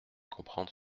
comprendre